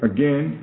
Again